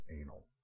anal